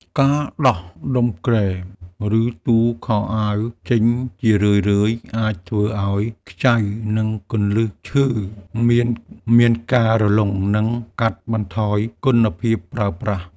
ការដោះដុំគ្រែគេងឬទូខោអាវចេញជារឿយៗអាចធ្វើឱ្យខ្ចៅនិងគន្លឹះឈើមានការរលុងនិងកាត់បន្ថយគុណភាពប្រើប្រាស់។